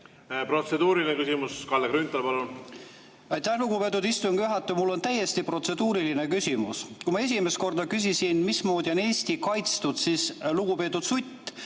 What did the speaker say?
Protseduuriline küsimus. Kalle Grünthal, palun! Aitäh, lugupeetud istungi juhataja! Mul on täiesti protseduuriline küsimus. Kui ma esimest korda küsisin, mismoodi on Eesti kaitstud, siis lugupeetud Sutt